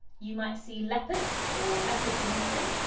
you might see leopards or leopard imagery.